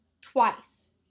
twice